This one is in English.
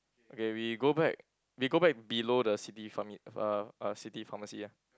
okay we go back we go back below the city pharmi~ uh uh city pharmacy ah